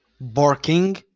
barking